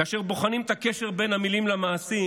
כאשר בוחנים את הקשר בין המילים למעשים,